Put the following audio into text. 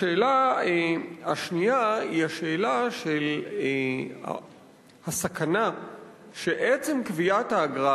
השאלה השנייה היא השאלה של הסכנה שעצם גביית האגרה